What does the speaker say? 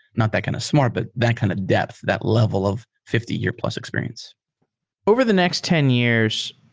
not that kind of smart, but that kind of depth. that level of fifty year plus experience over the next ten years,